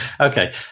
okay